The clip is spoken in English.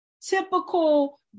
typical